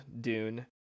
Dune